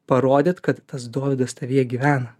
parodyt kad tas dovydas tavyje gyvena